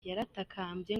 yaratakambye